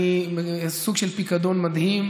אני סוג של פיקדון מדהים.